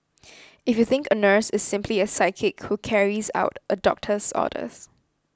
if you think a nurse is simply a sidekick who carries out a doctor's orders